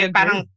parang